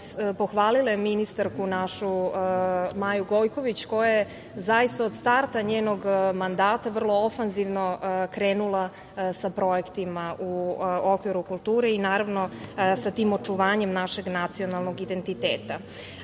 pohvalile ministarku našu, Maju Gojković, koja je zaista od starta njenog mandata vrlo ofanzivno krenula sa projektima u okviru kulture i naravno sa tim očuvanjem našeg nacionalnog identiteta. Svakako